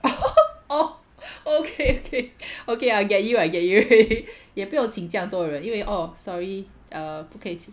oh okay okay okay I get you I get you already 也不用请这样多人因为 oh sorry err 不可以